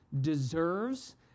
deserves